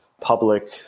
public